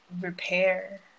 repair